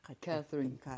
Catherine